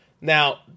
Now